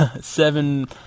seven